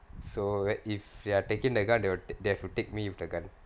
so if they are taking the gun they will they will have to take me with the gun